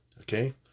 Okay